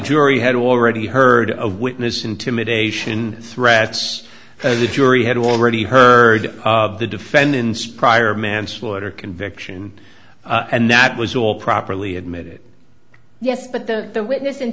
jury had already heard of witness intimidation threats and the jury had already heard of the defendant's prior manslaughter conviction and that was all properly admitted yes but the the witness